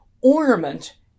ornament